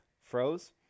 Froze